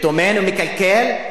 מישהו יכול להגיד לי?